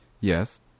Yes